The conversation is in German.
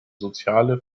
soziale